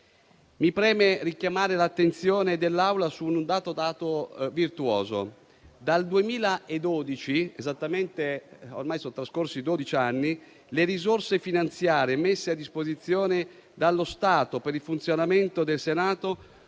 Mi preme richiamare l'attenzione dell'Assemblea su un dato virtuoso: dal 2012 (ormai sono trascorsi dodici anni) le risorse finanziarie messe a disposizione dallo Stato per il funzionamento del Senato